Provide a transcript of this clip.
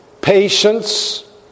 patience